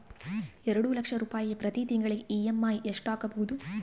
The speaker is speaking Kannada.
ಎರಡು ಲಕ್ಷ ರೂಪಾಯಿಗೆ ಪ್ರತಿ ತಿಂಗಳಿಗೆ ಇ.ಎಮ್.ಐ ಎಷ್ಟಾಗಬಹುದು?